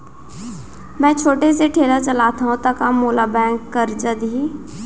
मैं छोटे से ठेला चलाथव त का मोला बैंक करजा दिही?